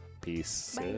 Peace